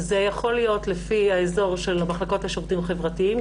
זה יכול להיות לפי האזור של המחלקות לשירותים חברתיים,